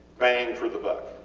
bang for the buck,